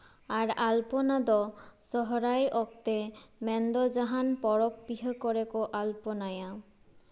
ᱟᱨ ᱟᱞᱚᱯᱚᱱᱟ ᱫᱚ ᱥᱚᱦᱨᱟᱭ ᱚᱠᱛᱮ ᱢᱮᱱᱫᱚ ᱡᱟᱦᱟᱱ ᱯᱚᱨᱚᱵᱽ ᱯᱤᱦᱟᱹ ᱠᱚᱨᱮ ᱠᱚ ᱟᱞᱯᱚᱱᱟᱭᱟ